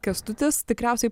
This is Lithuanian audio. kęstutis tikriausiai